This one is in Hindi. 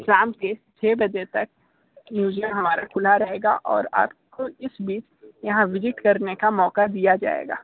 शाम के छः बजे तक म्यूजियम हमारा खुला रहेगा और आपको इस बीच यहां विजिट करने का मौका दिया जायेगा